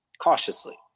cautiously